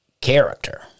character